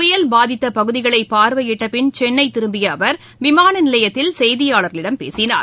புயல் பாதித்த பகுதிகளை பார்வையிட்ட பின் சென்னை திரும்பிய அவர் விமான நிலையத்தில் செய்தியாளர்களிடம் பேசினார்